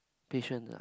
patient ah